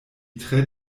tre